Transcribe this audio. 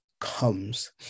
comes